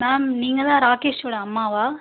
ma'am நீங்கதான் ராகேஷோட அம்மாவா